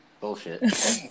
bullshit